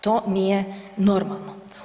To nije normalno.